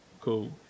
Cool